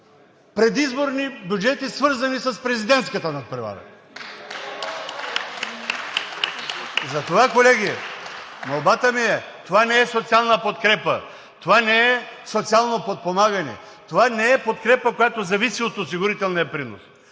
предизборни бюджети, свързани с президентската надпревара. (Ръкопляскания от ДПС и ГЕРБ-СДС.) Затова, колеги, молбата ми е, това не е социална подкрепа, това не е социално подпомагане, това не е подкрепа, която зависи от осигурителния принос.